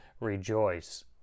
rejoice